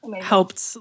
helped